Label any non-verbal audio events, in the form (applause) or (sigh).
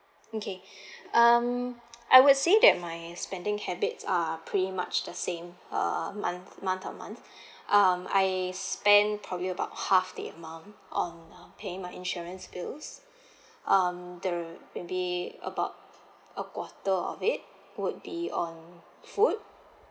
okay (breath) um (noise) I would say that my spending habits are pretty much the same uh month month to month (breath) um I spend probably about half the amount on uh paying my insurance bills (breath) um the maybe about a quarter of it would be on food